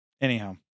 anyhow